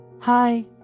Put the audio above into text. Hi